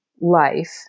life